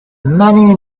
many